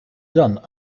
done